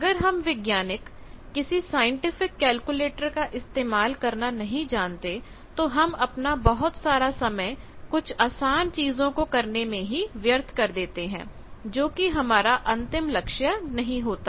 अगर हम वैज्ञानिक किसी साइंटिफिक केलकुलेटर का इस्तेमाल करना नहीं जानते तो हम अपना बहुत सारा समय कुछ आसान चीजों को करने में ही व्यर्थ कर देते हैं जो कि हमारा अंतिम लक्ष्य नहीं होता